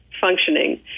functioning